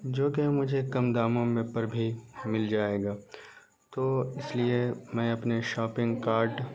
جوکہ مجھے کم داموں میں پر بھی مل جائے گا تو اس لیے میں اپنے شاپنگ کارڈ